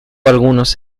algunos